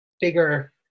bigger